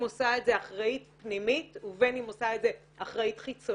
עושה את זה אחראית פנימית ובין אם עושה את זה אחראית חיצונית.